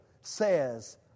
says